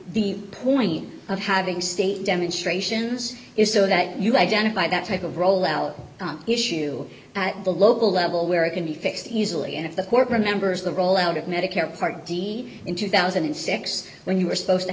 the point of having state demonstrations is so that you identify that type of rollout issue two at the local level where it can be fixed easily and if the court remembers the rollout of medicare part d in two thousand and six when you were supposed to